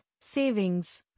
savings